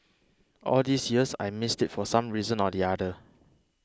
all these years I missed it for some reason or the other